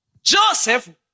Joseph